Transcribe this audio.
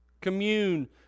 commune